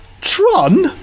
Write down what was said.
Tron